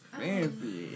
fancy